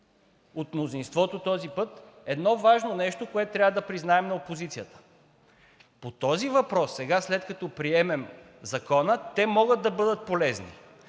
от мнозинството, този път едно важно нещо, което трябва да признаем на опозицията. По този въпрос сега, след като приемем Закона, те могат да бъдат полезни.